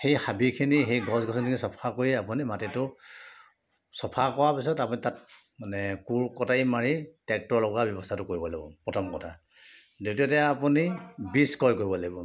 সেই হাবিখিনি সেই গছ গছনি চাফা কৰি মাটিটো চফা কৰা পিছত আপুনি তাত মানে কোৰ কটাৰী মাৰি ট্ৰেক্টৰ লগোৱা ব্যৱস্থাটো কৰিব লাগিব প্ৰথম কথা দ্বিতীয়তে আপুনি বীজ ক্ৰয় কৰিব লাগিব